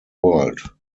world